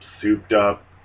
souped-up